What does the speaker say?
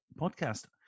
podcast